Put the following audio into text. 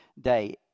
day